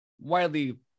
widely